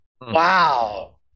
Wow